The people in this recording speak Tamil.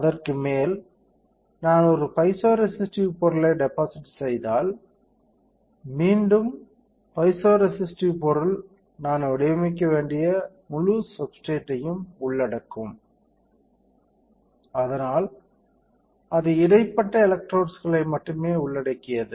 அதற்கு மேல் நான் ஒரு பைசோரெசிஸ்டிவ் பொருளை டெபாசிட் செய்தால் மீண்டும் பைசோரெசிஸ்டிவ் பொருள் நான் வடிவமைக்க வேண்டிய முழு சப்ஸ்டிரேட்டையும் உள்ளடக்கும் அதனால் அது இடைப்பட்ட எலெக்ட்ரோட்ஸ்கள் மட்டுமே உள்ளடக்கியது